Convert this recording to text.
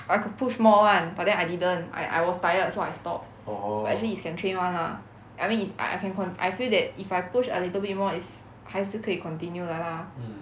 I could push more [one] but then I didn't I I was tired so I stopped but actually is can train [one] lah I mean is I I can con~ I feel that if I push a little bit more is 还是可以 continue 的 lah